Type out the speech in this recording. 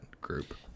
group